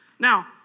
Now